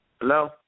Hello